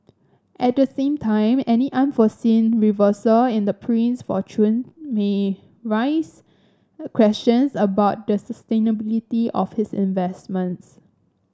at the same time any unforeseen reversal in the prince's fortune may raise questions about the sustainability of his investments